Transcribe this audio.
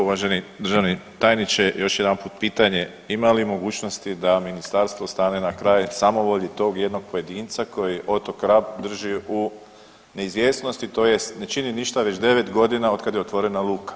Uvaženi državni tajniče, još jedanput pitanje ima li mogućnosti da ministarstvo stane na kraj samovolji tog jednog pojedinca koji otok Rab drži u neizvjesnosti tj. ne čini ništa već 9.g. otkad je otvorena luka.